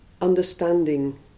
understanding